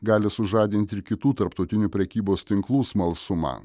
gali sužadint ir kitų tarptautinių prekybos tinklų smalsumą